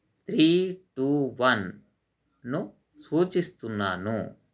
three two వన్ను సూచిస్తున్నాను